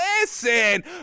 listen